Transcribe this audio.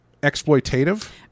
exploitative